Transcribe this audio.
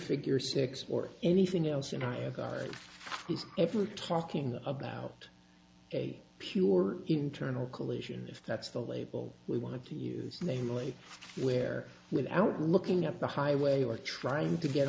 figure six or anything else you know if we're talking about a pure internal collation if that's the label we want to use namely where without looking up the highway or trying to get